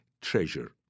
treasure